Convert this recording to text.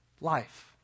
life